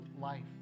life